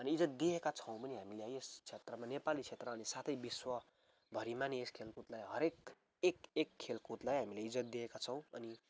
अनि इज्जत दिएका छौँ पनि हामीले है यस क्षेत्रमा नेपाली क्षेत्र अनि साथै विश्वभरिमा नै यस खेलकुदलाई हरेक एक एक खेलकुदलाई हामीले इज्जत दिएका छौँ अनि